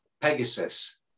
Pegasus